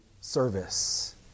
service